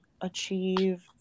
achieve